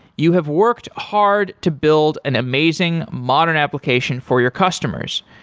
you have worked hard to build an amazing modern application for your customers.